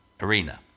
arena